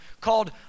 called